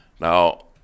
now